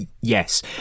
yes